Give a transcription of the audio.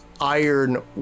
Iron